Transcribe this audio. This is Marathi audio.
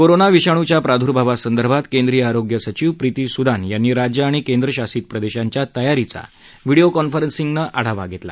कोरोना विषाणूच्या प्रादुर्भावासंदर्भात केंद्रीय आरोग्यसचीव प्रीती सुदान यांनी राज्य आणि केंद्रशसित प्रदेशांच्या तयारीचा व्हिडीओ कॉन्फरन्सिंगद्वारे आढावा घेतला